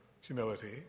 humility